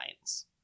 lines